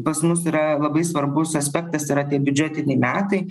pas mus yra labai svarbus aspektas yra tie biudžetiniai metai